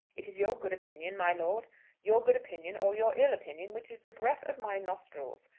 it is your good opinion, my lord your good opinion or your ill opinion which is the breath of my nostrils.